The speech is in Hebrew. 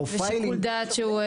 "פרופיילינג" --- ושיקול דעת שהוא,